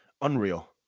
Unreal